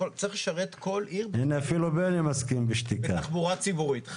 צריך לשרת כל עיר בתחבורה ציבורית.